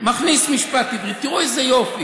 מכניס משפט עברי, תראו איזה יופי.